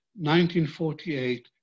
1948